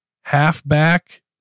halfback